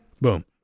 boom